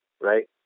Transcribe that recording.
right